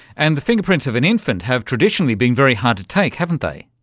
and the fingerprints of an infant have traditionally been very hard to take, haven't they.